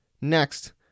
Next